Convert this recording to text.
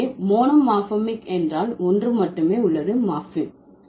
எனவே மோனோமார்பெமிக் என்றால் ஒன்று மட்டுமே உள்ளது மார்பிம்